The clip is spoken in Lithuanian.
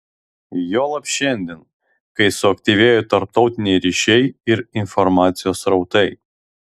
juolab šiandien kai suaktyvėjo tarptautiniai ryšiai ir informacijos srautai